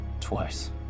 twice